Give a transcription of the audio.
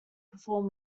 perform